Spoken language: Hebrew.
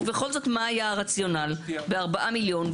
ובכל זאת, מה היה הרציונל ב-4 מיליון?